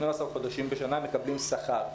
12 חודשים בשנה הם מקבלים שכר.